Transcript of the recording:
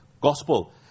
gospel